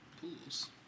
Pools